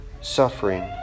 suffering